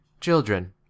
Children